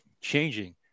changing